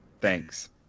Thanks